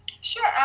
Sure